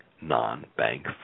non-bank